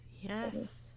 Yes